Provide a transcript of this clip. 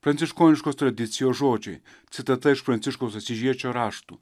pranciškoniškos tradicijos žodžiai citata iš pranciškaus asyžiečio raštų